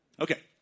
Okay